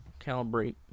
calibrate